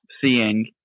seeing